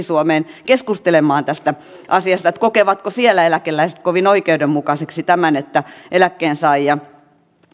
suomeen keskustelemaan tästä asiasta että kokevatko siellä eläkeläiset kovin oikeudenmukaiseksi tämän että eläkkeensaajia